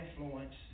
influence